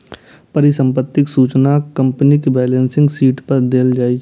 परिसंपत्तिक सूचना कंपनीक बैलेंस शीट पर देल जाइ छै